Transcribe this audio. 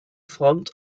front